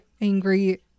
angry